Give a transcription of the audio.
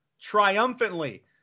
triumphantly